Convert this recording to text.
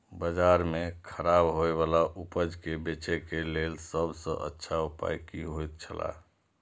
बाजार में खराब होय वाला उपज के बेचे के लेल सब सॉ अच्छा उपाय की होयत छला?